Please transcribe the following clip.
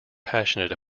passionate